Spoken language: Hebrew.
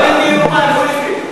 הוא עשה את הבלתי-ייאמן, הוא הביא.